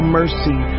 mercy